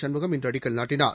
சண்முகம் இன்று அடிக்கல் நாட்டினார்